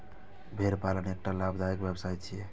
भेड़ पालन एकटा लाभदायक व्यवसाय छियै